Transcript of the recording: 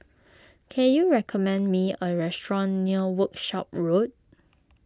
can you recommend me a restaurant near Workshop Road